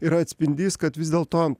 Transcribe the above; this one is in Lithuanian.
yra atspindys kad vis dėlto